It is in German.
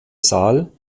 saal